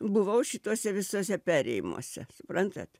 buvau šituose visuose perėjimuose suprantat